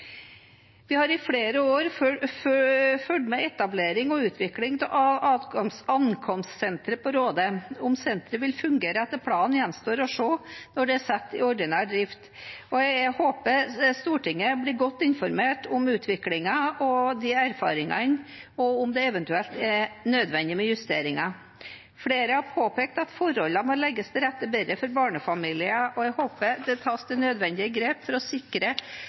Vi har i flere år fulgt med på etablering og utvikling av ankomstsenteret på Råde. Om senteret vil fungere etter planen, gjenstår å se når det er satt i ordinær drift. Jeg håper Stortinget blir godt informert om utviklingen og de erfaringene og om det eventuelt er nødvendig med justeringer. Flere har påpekt at forholdene må legges bedre til rette for barnefamilier, og jeg håper de nødvendige grep tas for å sikre